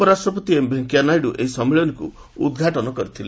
ଉପରାଷ୍ଟ୍ରପତି ଭେଙ୍କିୟା ନାଇଡୁ ଏହି ସମ୍ମିଳନୀକୁ ଉଦ୍ଘାଟନ କରିଥିଲେ